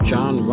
John